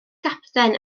gapten